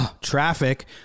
traffic